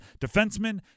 defensemen